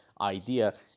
idea